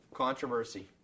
controversy